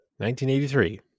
1983